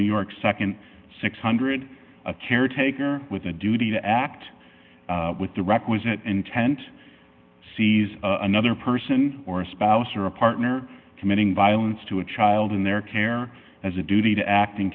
new york nd six hundred a caretaker with a duty to act with the requisite intent sees another person or a spouse or a partner committing violence to a child in their care has a duty to act